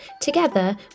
Together